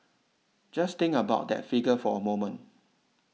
just think about that figure for a moment